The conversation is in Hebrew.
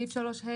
סעיף 3ה